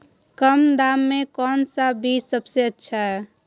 कम दाम में कौन सा बीज सबसे अच्छा है?